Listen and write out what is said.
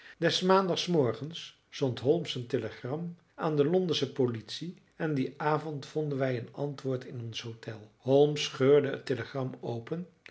des maandagsmorgens zond holmes een telegram aan de londensche politie en dien avond vonden wij een antwoord in ons hotel holmes scheurde het telegram open